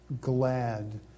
glad